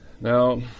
Now